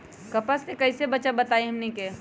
कपस से कईसे बचब बताई हमनी के?